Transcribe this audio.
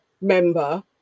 member